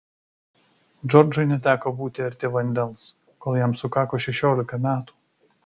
džordžui neteko būti arti vandens kol jam sukako šešiolika metų